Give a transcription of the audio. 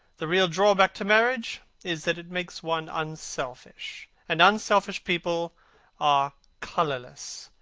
the real drawback to marriage is that it makes one unselfish. and unselfish people are colourless.